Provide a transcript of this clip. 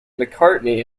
mccartney